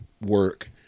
work